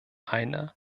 einer